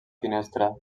finestra